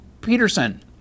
Peterson